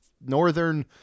northern